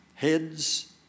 Heads